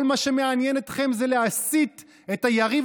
כל מה שמעניין אתכם זה להסית את היריב